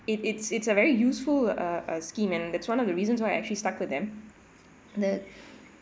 it it's it's a very useful uh uh scheme and that's one of the reasons why I actually started them the